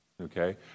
okay